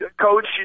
coach